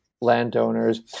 landowners